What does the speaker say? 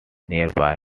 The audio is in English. nearby